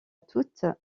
toute